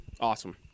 Awesome